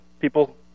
people